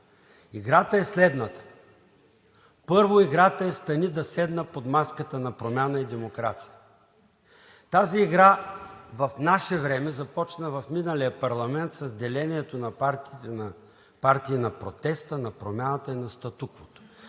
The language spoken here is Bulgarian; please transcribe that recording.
Играта е следната: първо, играта е стани да седна – под маската на промяна и демокрация. Тази игра в наше време започна в миналия парламент с делението на партиите на партии на протеста, на промяната и на статуквото.